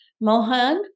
Mohan